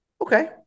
okay